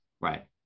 right